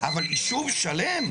אבל יישוב שלם?